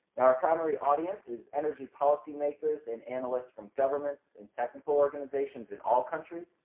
our primary audience is energy policy makers and analysts from governments and technical organizations in all countries,